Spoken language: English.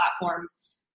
platforms